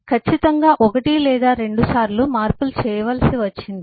ఖచ్చితంగా ఒకటి లేదా రెండుసార్లు మార్పులు చేయవలసి వచ్చింది